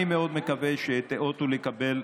אני מאוד מקווה שתיאותו לקבל,